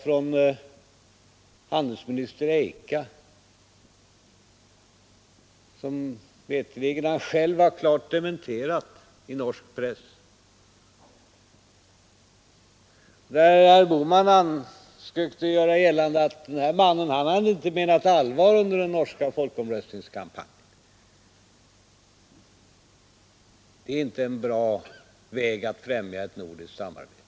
Herr Bohman gav ett citat från handelsminister Eik i norsk press, och sökte göra gällande att denne man inte hade menat allvar under den norska folkomröstningskampanjen. Det är inte en bra väg att främja ett nordisk samarbete.